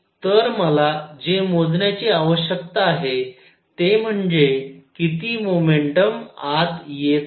तर मला जे मोजण्याची आवश्यकता आहे ते म्हणजे किती मोमेंटम आत येत आहे